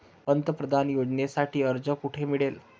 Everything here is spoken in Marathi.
पंतप्रधान योजनेसाठी अर्ज कुठे मिळेल?